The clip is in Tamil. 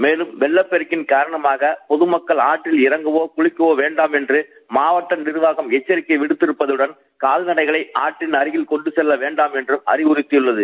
மேலும் வெள்ளப்பெருக்கின் காரணமாக பொதுமக்கள் ஆற்றில் இறங்கவோ குளிக்கவோ வேண்டாம் என்று மாவட்ட நிர்வாகம் எச்சரிக்கை விடுத்திருப்பதுடன் கால்நடைகளை ஆற்றின் அருகே கொண்டுசெல்ல வேண்டாம் என்றும் அறிவுறுத்தியுள்ளது